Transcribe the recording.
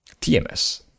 TMS